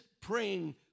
praying